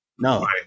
No